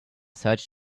searched